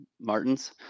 martins